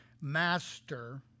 Master